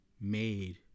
made